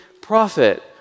prophet